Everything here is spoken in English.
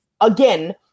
again